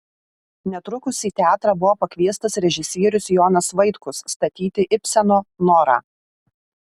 netrukus į teatrą buvo pakviestas režisierius jonas vaitkus statyti ibseno norą